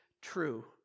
true